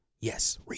Yes